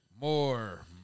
more